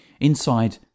Inside